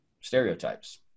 stereotypes